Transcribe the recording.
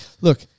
look